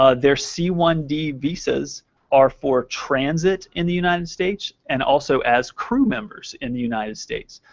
ah their c one d visas are for transit in the united states, and also as crew members in the united states.